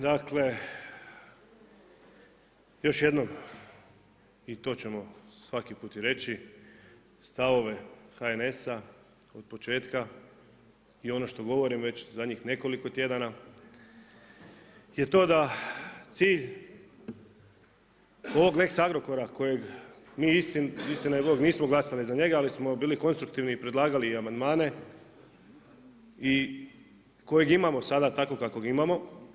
Dakle, još jednom i to ćemo i svaki put i reći, stavove HNS-a od početka i ono što govorim zadnjih već nekoliko tjedana, je to da cilj ovog lex Agrokora koji mi istina i Bog nismo glasali za njega, ali smo bili konstruktivni i predlagali amandmane i kojeg imamo sada takvog kakvog imamo.